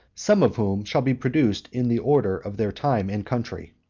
some of whom shall be produced in the order of their time and country.